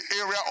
area